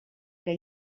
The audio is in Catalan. que